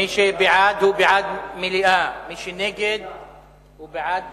מי שבעד הוא בעד מליאה, מי שנגד הוא בעד